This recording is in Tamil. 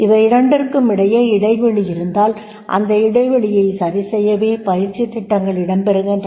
இவையிரண்டிற்குமிடையே இடைவெளி இருந்தால் அந்த இடைவெளியை சரி செய்யவே பயிற்சி திட்டங்கள் இடம் பெறுகின்றன